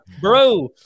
bro